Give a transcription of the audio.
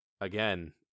again